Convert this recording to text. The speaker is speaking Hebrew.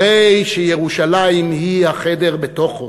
הרי שירושלים היא החדר בתוכו.